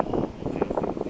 orh okay okay